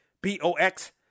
B-O-X